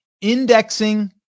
indexing